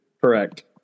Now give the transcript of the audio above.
Correct